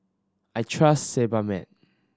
I trust Sebamed